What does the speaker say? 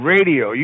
Radio